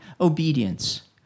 obedience